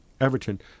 Everton